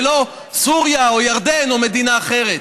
ולא של סוריה או ירדן או מדינה אחרת.